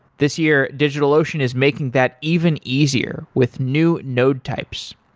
this year, digitalocean is making that even easier with new node types.